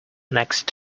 next